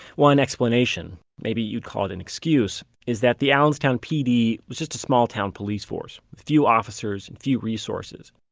one explanation maybe you'd call it an excuse is that the allenstown pd was just a small town police force with few officers and few resources.